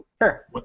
Sure